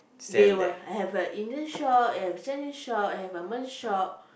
they will have a Indian shop have a Chinese shop have a malay shop